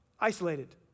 isolated